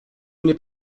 n’est